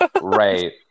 Right